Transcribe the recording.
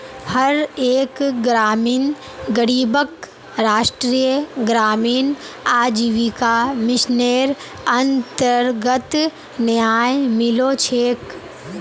हर एक ग्रामीण गरीबक राष्ट्रीय ग्रामीण आजीविका मिशनेर अन्तर्गत न्याय मिलो छेक